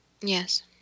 Yes